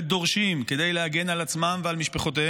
ודורשים את זה כדי להגן על עצמם ועל משפחותיהם,